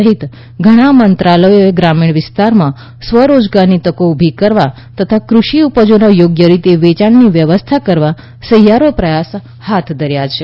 સહિત ઘણાં મંત્રાલયોએ ગ્રામીણ વિસ્તારોમાં સ્વ રોજગારની તકો ઊભી કરવા તથા કૃષિ ઉપજોના યોગ્ય રીતે વેયાણની વ્યવસ્થા કરવા સહિયારા પ્રયાસો હાથ ધર્યા છે